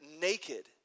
naked